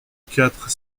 quatre